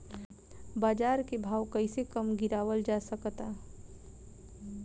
बाज़ार के भाव कैसे कम गीरावल जा सकता?